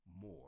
more